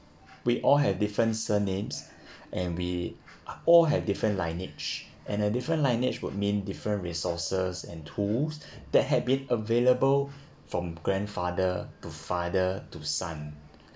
we all have different surnames and we up all have different lineage and a different lineage would mean different resources and tools that have been available from grandfather to father to son